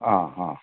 आं हां